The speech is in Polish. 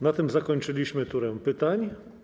Na tym zakończyliśmy turę pytań.